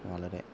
വളരെ